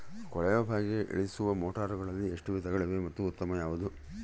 ಕೊಳವೆ ಬಾವಿಗೆ ಇಳಿಸುವ ಮೋಟಾರುಗಳಲ್ಲಿ ಎಷ್ಟು ವಿಧಗಳಿವೆ ಮತ್ತು ಉತ್ತಮ ಯಾವುದು?